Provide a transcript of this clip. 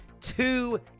two